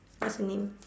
what's the name